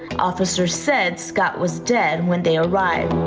officers said scott was dead when they arrived.